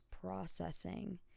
processing